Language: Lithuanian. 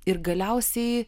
ir galiausiai